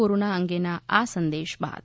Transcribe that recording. corona અંગેના આ સંદેશ બાદ